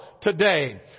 today